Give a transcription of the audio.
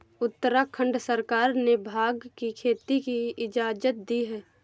उत्तराखंड सरकार ने भाँग की खेती की इजाजत दी है